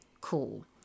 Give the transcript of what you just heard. cool